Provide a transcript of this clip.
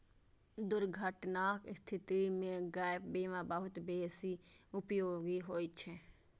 दुर्घटनाक स्थिति मे गैप बीमा बहुत बेसी उपयोगी होइ छै